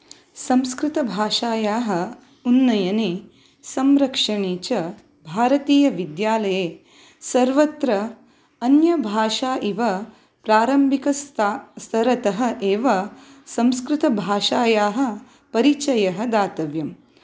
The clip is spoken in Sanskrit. संस्कृतभाषायाः उन्नयने संरक्षणे च भारतीयविद्यालये सर्वत्र अन्यभाषा इव प्रारम्भिकस्ता स्तरतः एव संस्कृतभाषायाः परिचयं दातव्यम्